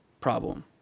problem